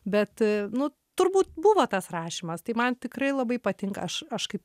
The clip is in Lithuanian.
bet nu turbūt buvo tas rašymas tai man tikrai labai patinka aš aš kaip